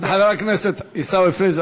חבר הכנסת עיסאווי פריג'.